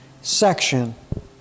section